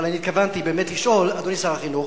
אבל אני באמת התכוונתי לשאול, אדוני שר החינוך,